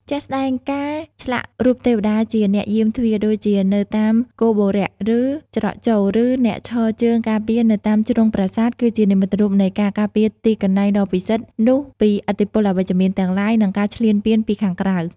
ជាក់ស្តែង ការឆ្លាក់រូបទេវតាជាអ្នកយាមទ្វារ ដូចជានៅតាមគោបុរៈ ឬច្រកចូល ឬអ្នកឈរជើងការពារនៅតាមជ្រុងប្រាសាទ គឺជានិមិត្តរូបនៃការការពារទីកន្លែងដ៏ពិសិដ្ឋ នោះពីឥទ្ធិពលអវិជ្ជមានទាំងឡាយ និងការឈ្លានពានពីខាងក្រៅ។